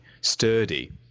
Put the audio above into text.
sturdy